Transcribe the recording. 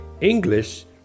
English